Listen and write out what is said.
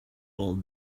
all